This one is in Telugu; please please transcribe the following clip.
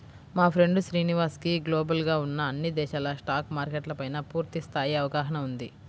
మా ఫ్రెండు శ్రీనివాస్ కి గ్లోబల్ గా ఉన్న అన్ని దేశాల స్టాక్ మార్కెట్ల పైనా పూర్తి స్థాయి అవగాహన ఉంది